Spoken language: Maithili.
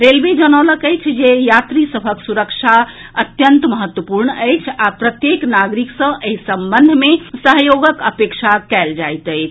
रेलवे जनौलक अछि जे यात्री सभक सुरक्षा बहुत महत्वपूर्ण अछि आ प्रत्येक नागरिक सॅ एहि संबंध मे सहयोगक अपेक्षा कएल जाएत अछि